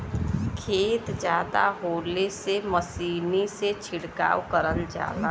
खेत जादा होले से मसीनी से छिड़काव करल जाला